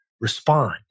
respond